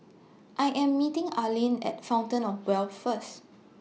I Am meeting Arline At Fountain of Wealth First